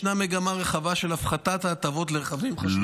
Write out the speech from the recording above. ישנה מגמה רחבה של הפחתת ההטבות לרכבים חשמליים בעולם,